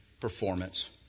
performance